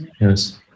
yes